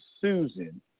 Susan